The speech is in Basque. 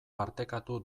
partekatu